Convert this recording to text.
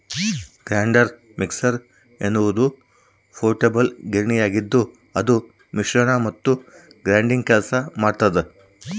grinder mixer ಎನ್ನುವುದು portable ಗಿರಣಿಯಾಗಿದ್ದುಅದು ಮಿಶ್ರಣ ಮತ್ತು ಗ್ರೈಂಡಿಂಗ್ ಕೆಲಸ ಮಾಡ್ತದ